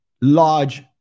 large